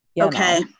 okay